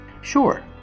Sure